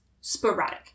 sporadic